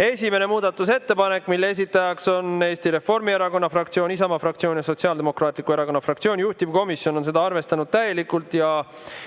Esimese muudatusettepaneku esitaja on Eesti Reformierakonna fraktsioon, Isamaa fraktsiooni ja Sotsiaaldemokraatliku Erakonna fraktsioon, juhtivkomisjon on seda arvestanud täielikult ning